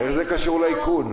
איך זה קשור לאיכון?